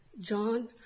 John